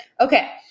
Okay